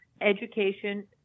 education